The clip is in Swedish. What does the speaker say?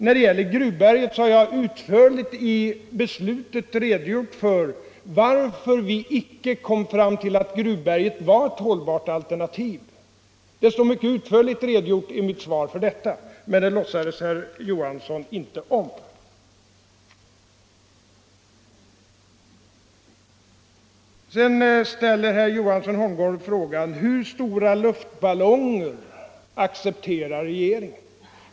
När det gäller Gruvberget har jag i beslutet utförligt redogjort för anledningen till att det inte var ett hållbart alternativ. Men det låtsades herr Johansson inte om. Herr Johansson i Holmgården frågar hur stora luftballonger regeringen accepterar.